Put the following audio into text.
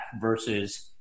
versus